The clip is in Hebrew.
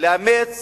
לאמץ